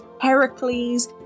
Heracles